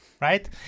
right